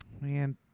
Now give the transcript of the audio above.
Man